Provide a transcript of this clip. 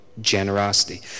Generosity